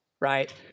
right